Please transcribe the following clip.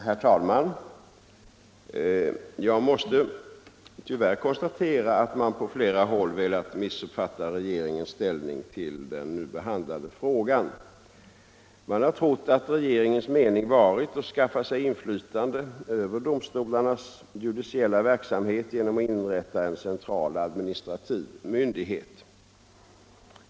Herr talman! Jag måste tyvärr konstatera att man på flera håll velat missuppfatta regeringens inställning i den nu behandlade frågan. Man har trott att regeringens mening varit att skaffa sig inflytande över domstolarnas judiciella verksamhet genom att inrätta en central administrativ myndighet.